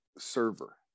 server